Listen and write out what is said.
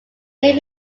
may